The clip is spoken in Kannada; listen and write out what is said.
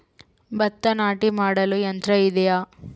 ಭತ್ತ ನಾಟಿ ಮಾಡಲು ಯಂತ್ರ ಇದೆಯೇ?